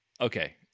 Okay